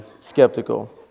skeptical